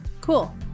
Cool